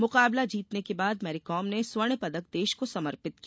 मुकाबला जीतने के बाद मैरीकॉम ने स्वर्ण पदक देश को समर्पित किया